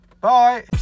Bye